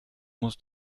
muss